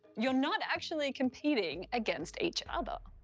you're not actually competing against each other.